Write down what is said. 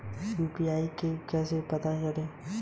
UPI transaction कैसे काम करता है?